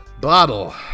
bottle